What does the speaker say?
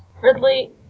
Ridley